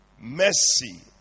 mercy